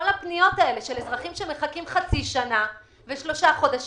הפניות האלה של אזרחים שמחכים חצי שנה ושלושה חודשים.